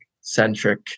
centric